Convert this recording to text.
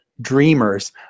dreamers